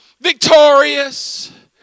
victorious